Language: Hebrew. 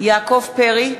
יעקב פרי,